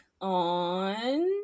on